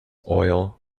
oil